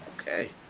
okay